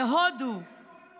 בהודו, איך קוראים לו